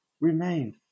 remained